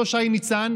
אותו שי ניצן,